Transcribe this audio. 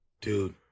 dude